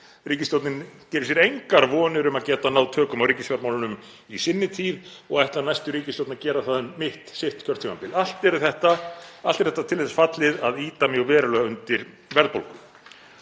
Ríkisstjórnin gerir sér engar vonir um að geta náð tökum á ríkisfjármálunum í sinni tíð og ætlar næstu ríkisstjórn að gera það um mitt sitt kjörtímabil. Allt er þetta til þess fallið að ýta mjög verulega undir verðbólgu.